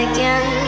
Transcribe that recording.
Again